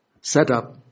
setup